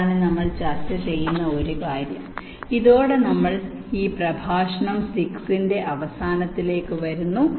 അതാണ് നമ്മൾ ചർച്ച ചെയ്യുന്ന ഒരു കാര്യം ഇതോടെ നമ്മൾ ഈ പ്രഭാഷണം 6 ന്റെ അവസാനത്തിലേക്ക് വരുന്നു